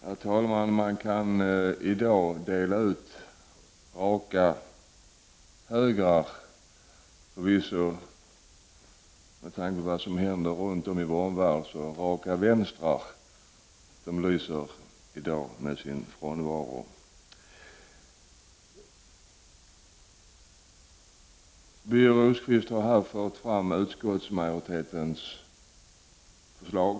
Herr talman! Man kan i dag förvisso dela ut raka högrar med tanke på vad som händer runt om i vår omvärld. Raka vänstrar lyser med sin frånvaro i dag. Birger Rosqvist har här fört fram utskottsmajoritetens förslag.